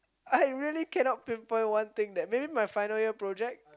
I really cannot pin point one thing that maybe my final year project